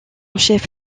chef